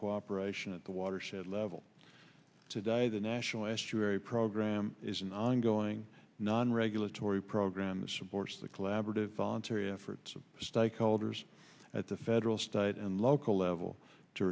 cooperation at the watershed level today the national issue very program is an ongoing non regulatory program that supports the collaborative voluntary efforts of stakeholders at the federal state and local level to